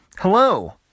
Hello